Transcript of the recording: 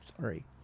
sorry